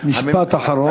משפט אחרון.